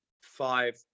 five